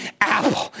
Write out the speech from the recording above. Apple